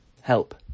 Help